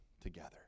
together